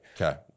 Okay